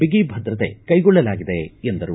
ಬಿಗಿ ಭದ್ರತೆ ಕೈಗೊಳ್ಳಲಾಗಿದೆ ಎಂದರು